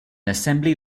assembly